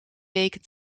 weken